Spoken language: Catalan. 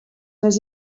més